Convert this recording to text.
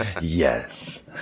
Yes